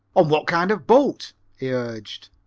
on what kind of boat? he urged.